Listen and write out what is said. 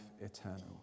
eternal